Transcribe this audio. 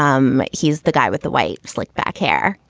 um he's the guy with the white slicked back hair.